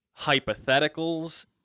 hypotheticals